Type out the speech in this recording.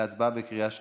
להצבעה בקריאה שלישית.